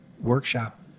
workshop